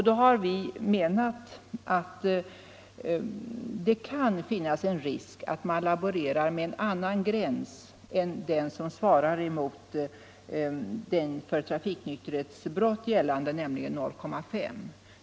Då har vi menat att det kan finnas en risk för att man laborerar med en annan gräns än den som svarar mot den för trafiknykterhetsbrott gällande blodalkoholhalten, nämligen 0,5 promille.